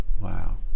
Wow